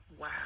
wow